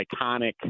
iconic